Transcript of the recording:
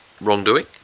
wrongdoing